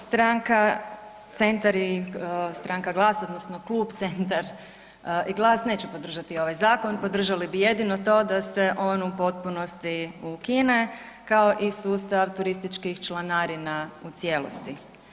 Stranka Centar i stranka GLAS odnosno klub Centar i GLAS neće podržati ovaj zakon, podržali bi jedino to da se on u potpunosti ukine kao i sustav turističkih članarina u cijelosti.